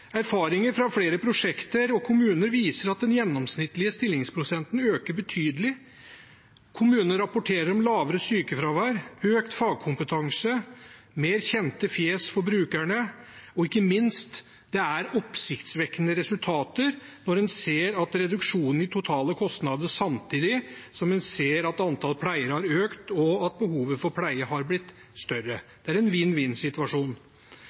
Erfaringer fra flere prosjekter og kommuner viser at den gjennomsnittlige stillingsprosenten øker betydelig. Kommuner rapporterer om lavere sykefravær, økt fagkompetanse, flere kjente fjes for brukerne og ikke minst – det er oppsiktsvekkende resultater når en ser reduksjon i totale kostnader samtidig som en ser at antall pleiere har økt, og at behovet for pleie har blitt større. Det er en